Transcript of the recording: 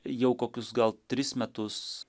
jau kokius gal tris metus